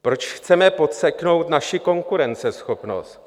Proč chceme podseknout naši konkurenceschopnost?